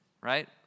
right